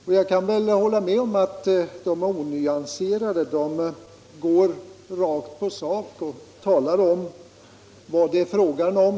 Ja, jag kan väl hålla med om att de är onyanserade i den meningen att de går rakt på sak och talar om vad det är fråga om.